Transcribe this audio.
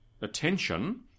attention